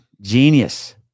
genius